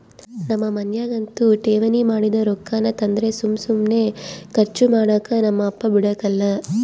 ನಮ್ ಮನ್ಯಾಗಂತೂ ಠೇವಣಿ ಮಾಡಿದ್ ರೊಕ್ಕಾನ ತಂದ್ರ ಸುಮ್ ಸುಮ್ನೆ ಕರ್ಚು ಮಾಡಾಕ ನಮ್ ಅಪ್ಪ ಬುಡಕಲ್ಲ